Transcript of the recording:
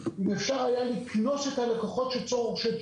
אם אפשר היה לקנוס את הלקוחות שמצהירים